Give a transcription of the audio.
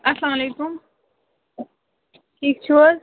اَسلام علیکُم ٹھیٖک چھِو حظ